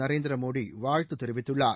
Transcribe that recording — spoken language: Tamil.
நரேந்திர மோடி வாழ்த்து தெரிவித்துள்ளார்